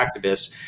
activists